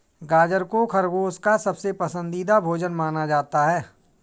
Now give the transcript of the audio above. गाजर को खरगोश का सबसे पसन्दीदा भोजन माना जाता है